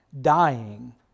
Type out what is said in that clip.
dying